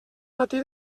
matí